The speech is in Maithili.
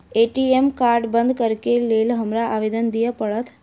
ए.टी.एम कार्ड बंद करैक लेल हमरा आवेदन दिय पड़त?